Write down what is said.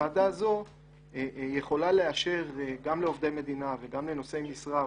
והוועדה הזו יכולה לאשר גם לעובדי מדינה וגם לנושאי משרה,